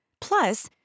Plus